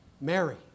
Mary